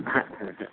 হ্যাঁ হ্যাঁ হ্যাঁ